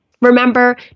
Remember